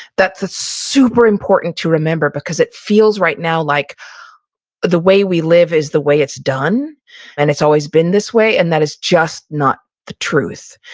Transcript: that's ah super important to remember because it feels right now, like the way we live is the way it's done and it's always been this way, and that is just not the truth.